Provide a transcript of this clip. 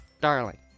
Darling